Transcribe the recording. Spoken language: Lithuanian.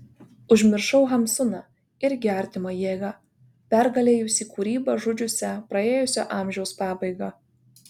užmiršau hamsuną irgi artimą jėgą pergalėjusį kūrybą žudžiusią praėjusio amžiaus pabaigą